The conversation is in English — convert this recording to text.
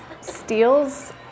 steals